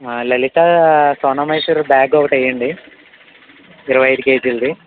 Lalitha Sona Masoori bag ఒకటెయ్యండి ఇరవై ఐదు కేజీలది